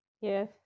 Yes